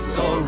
go